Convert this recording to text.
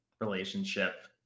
relationship